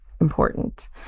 important